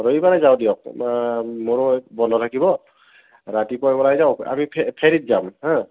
ৰবিবাৰে যাওঁ দিয়ক মোৰো বন্ধ থাকিব ৰাতিপুৱাই ওলাই যাওঁ আমি ফে ফেৰীত যাম হা